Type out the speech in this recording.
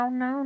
no